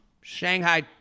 Shanghai